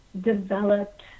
developed